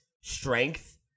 strength